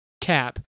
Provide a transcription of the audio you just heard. Cap